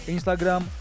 Instagram